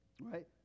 right